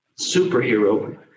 superhero